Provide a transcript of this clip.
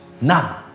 none